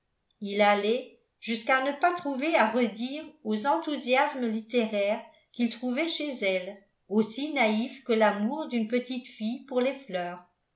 il allait jusqu'à ne pas trouver à redire aux enthousiasmes littéraires qu'il trouvait chez elle aussi naïfs que l'amour d'une petite fille pour les fleurs